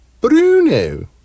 bruno